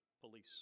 police